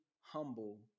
humble